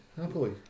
Happily